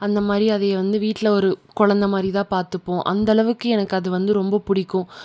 அந்தமாதிரி அதைய வந்து வீட்டில் ஒரு குழந்த மாதிரிதான் பார்த்துப்போம் அந்தளவுக்கு எனக்கு அது வந்து ரொம்ப பிடிக்கும்